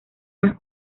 más